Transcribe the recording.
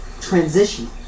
Transition